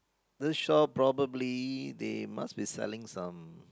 this shop probably they must be selling some